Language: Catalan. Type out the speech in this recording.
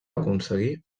aconseguí